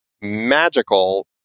magical